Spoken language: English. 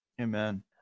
Amen